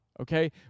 Okay